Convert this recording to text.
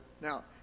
now